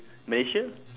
malaysia